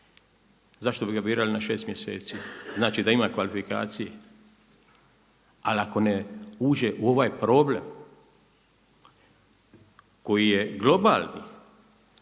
zašto bi ga birali na 6 mjeseci, znači da ima kvalifikacije, ali ako ne uđe u ovaj problem koji je globalni